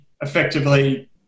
effectively